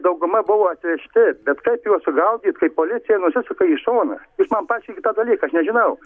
dauguma buvo atvežti bet kad juos sugaudyt kai policija nusisuka į šoną jūs man paaiškinkit tą dalyką aš nežinau